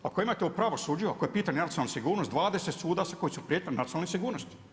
Ako imate o pravosuđu, ako je pitanje nacionalne sigurnosti 20 sudca koji su prijetnja nacionalnoj sigurnosti.